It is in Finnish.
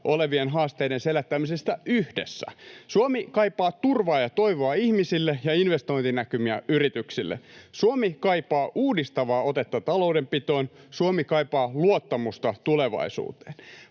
olevien haasteiden selättämisestä yhdessä. Suomi kaipaa turvaa ja toivoa ihmisille ja investointinäkymiä yrityksille. Suomi kaipaa uudistavaa otetta taloudenpitoon. Suomi kaipaa luottamusta tulevaisuuteen.